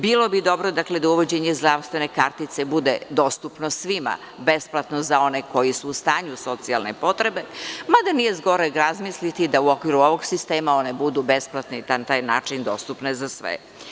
Bilo bi dobro da uvođenje zdravstvene kartice bude dostupno svima, besplatno za one koji su u stanju socijalne potrebe, mada nije zgoreg razmisliti da u okviru ovog sistema one budu besplatne i na taj način dostupne za sve.